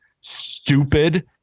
stupid